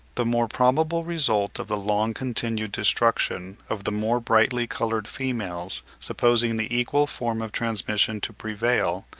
the more probable result of the long-continued destruction of the more brightly-coloured females, supposing the equal form of transmission to prevail,